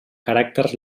caràcters